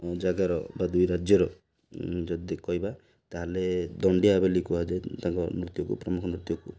ଜାଗାର ବା ଦୁଇ ରାଜ୍ୟର ଯଦି କହିବା ତାହେଲେ ଦାଣ୍ଡିଆ ବୋଲି କୁହାଯାଏ ତାଙ୍କ ନୃତ୍ୟକୁ ପ୍ରମୁଖ ନୃତ୍ୟକୁ